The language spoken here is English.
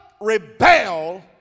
rebel